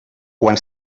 quan